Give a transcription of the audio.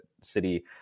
city